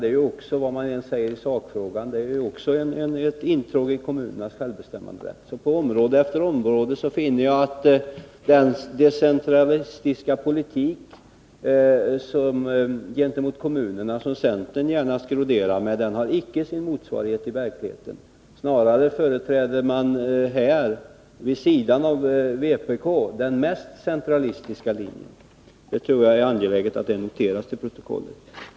Det är också, vad man än säger i sakfrågan, ett intrång i kommunernas självbestämmanderätt. På område efter område finner jag att den decentralistiska politik gentemot kommunerna som centern gärna skroderar med inte har sin motsvarighet i verkligheten. Snarare företräder man vid sidan av vpk den mest centralistiska linjen. Jag tror det är angeläget att det noteras till protokollet.